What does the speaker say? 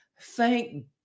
Thank